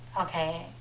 Okay